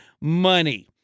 money